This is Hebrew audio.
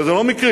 וזה לא מקרי,